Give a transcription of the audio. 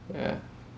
yeah